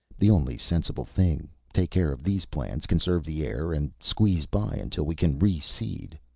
the only sensible thing. take care of these plants, conserve the air, and squeeze by until we can reseed.